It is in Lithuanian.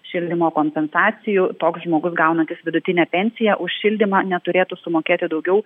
šildymo kompensacijų toks žmogus gaunantis vidutinę pensiją už šildymą neturėtų sumokėti daugiau